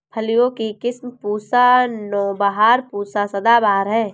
फलियों की किस्म पूसा नौबहार, पूसा सदाबहार है